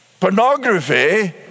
pornography